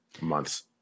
Months